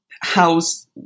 how's